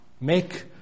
make